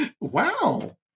Wow